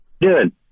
Good